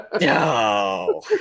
no